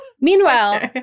Meanwhile